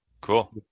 Cool